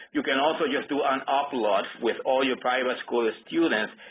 you can also use to ah and upload with all your private school ah students.